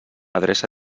adreça